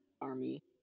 army